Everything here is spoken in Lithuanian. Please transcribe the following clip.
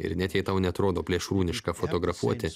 ir net jei tau neatrodo plėšrūniška fotografuoti